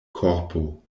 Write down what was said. korpo